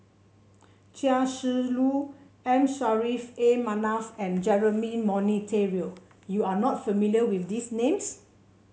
Chia Shi Lu M Saffri A Manaf and Jeremy Monteiro you are not familiar with these names